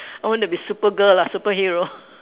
I want to be super girl lah superhero